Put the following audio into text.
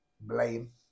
blame